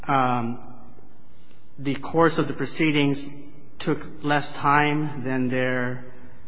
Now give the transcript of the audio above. the course of the proceedings took less time than their